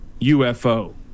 UFO